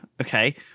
Okay